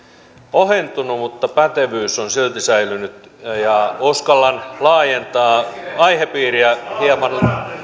ohentunut mutta pätevyys on silti säilynyt ja uskallan laajentaa aihepiiriä hieman